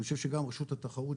אני חושב שגם רשות התחרות,